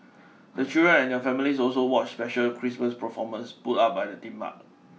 the children and their families also watched special Christmas performance put up by the theme park